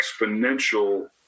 exponential